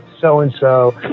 so-and-so